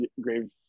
grave